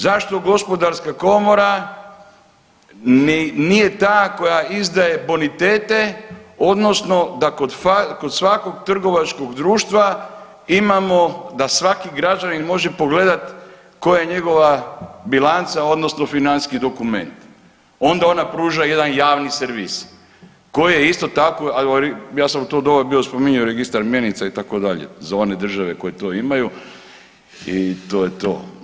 Zašto gospodarska komora nije ta koja izdaje bonitete odnosno da kod svakog trgovačkog društva imamo da svaki građanin može pogledat koja je njegova bilanca odnosno financijski dokument onda ona pruža jedan javni servis koji je isto tako, ja sam u to doba spominjao registar mjenica itd. za one države koje to imaju i to je to.